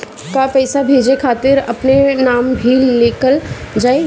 का पैसा भेजे खातिर अपने नाम भी लिकल जाइ?